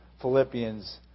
Philippians